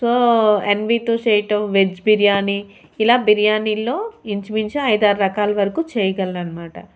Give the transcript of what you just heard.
so ఎన్వీతో చేయడం veg biryani ఇలా బిర్యానిల్లో ఇంచు మించు ఐదు ఆరు రకాల వరకు చేయగలను అన్నమాట